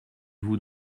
vous